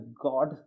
god